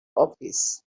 office